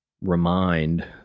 remind